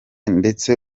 ndetse